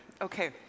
Okay